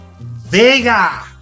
Vega